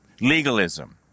legalism